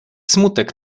smutek